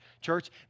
Church